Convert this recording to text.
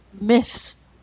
myths